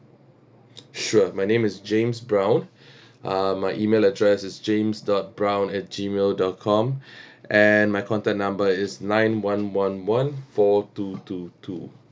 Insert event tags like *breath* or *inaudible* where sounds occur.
sure my name is james brown uh my email address is james dot brown at gmail dot com *breath* and my contact number is nine one one one four two two two